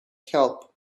help